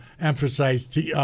emphasize